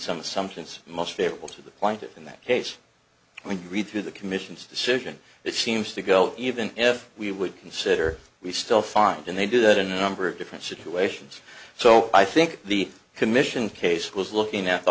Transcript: some assumptions most favorable to the point in that case when you read through the commission's decision it seems to go even if we would consider we still find in they do that in a number of different situations so i think the commission case was looking at the